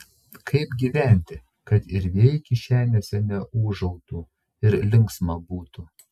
kaip gyventi kad ir vėjai kišenėse neūžautų ir linksma būtų